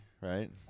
right